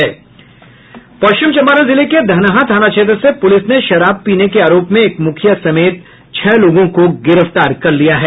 पश्चिम चंपारण जिले के धनहा थाना क्षेत्र से प्रलिस ने शराब पीने के आरोप में एक मुखिया समेत छह लोगों को गिरफ्तार किया है